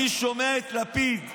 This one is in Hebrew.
אני שומע את לפיד,